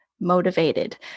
motivated